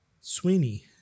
Sweeney